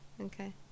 Okay